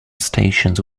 stations